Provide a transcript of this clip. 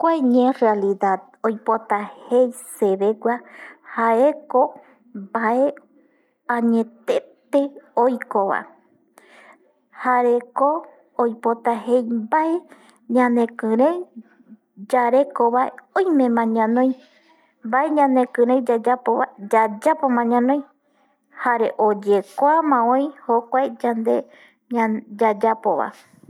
Kuae ñe realidad oipota jei sevegua jaeko mbae añetete oikova jareko oipota jei mbae ñanekirei yarekovae oimema ñanoi, mbae ñanekirei yayapova, yayapoma ñanoi jare oyekuama öi yande jokuae yayapovae